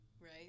right